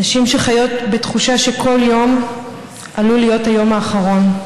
נשים שחיות בתחושה שכל יום עלול להיות היום האחרון.